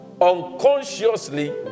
unconsciously